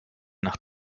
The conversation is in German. nach